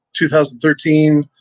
2013